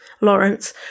Lawrence